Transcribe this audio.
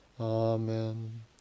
Amen